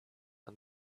and